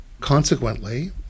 consequently